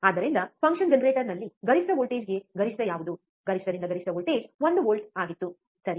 ಆದ್ದರಿಂದ ಫಂಕ್ಷನ್ ಜನರೇಟರ್ನಲ್ಲಿ ಗರಿಷ್ಠ ವೋಲ್ಟೇಜ್ಗೆ ಗರಿಷ್ಠ ಯಾವುದು ಗರಿಷ್ಠದಿಂದ ಗರಿಷ್ಠ ವೋಲ್ಟೇಜ್ ಒಂದು ವೋಲ್ಟ್ ಆಗಿತ್ತು ಸರಿ